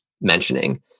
mentioning